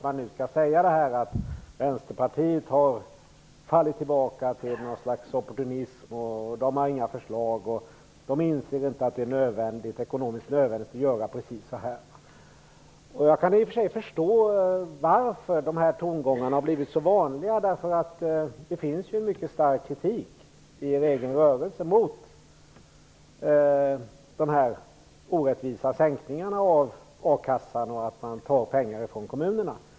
Man skall nu säga att Vänsterpartiet har fallit tillbaka i något slags opportunism, att de inte har några förslag och att de inte inser att det är ekonomiskt nödvändigt att göra precis på det ena eller andra sättet. Jag kan i och för sig förstå varför dessa tongångar har blivit så vanliga. Det finns ju en mycket stark kritik i er egen rörelse mot de orättvisa sänkningarna av a-kassan och mot att man tar pengar från kommunerna.